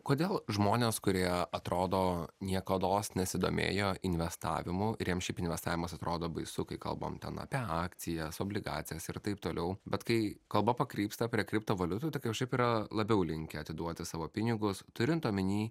kodėl žmonės kurie atrodo niekados nesidomėjo investavimu ir jiem šiaip investavimas atrodo baisu kai kalbam ten apie akcijas obligacijas ir taip toliau bet kai kalba pakrypsta prie kriptovaliutų tai kažkaip yra labiau linkę atiduoti savo pinigus turint omeny